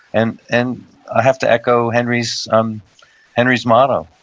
and and i have to echo henry's um henry's motto.